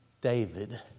David